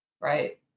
Right